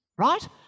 right